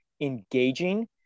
engaging